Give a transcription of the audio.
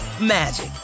magic